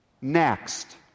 next